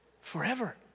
forever